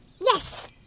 yes